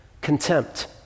contempt